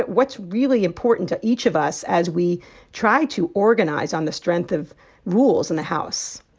but what's really important to each of us as we try to organize on the strength of rules in the house?